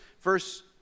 verse